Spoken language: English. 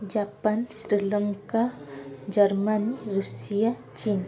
Japan Sri Lanka Germany Russia China